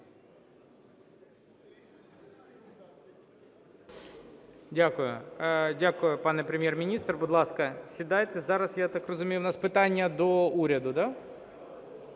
Дякую. Дякую. пане Прем’єр-міністр. Будь ласка, сідайте. Зараз, я так розумію, у нас питання до уряду, да?